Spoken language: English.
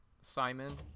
Simon